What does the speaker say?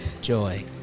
Joy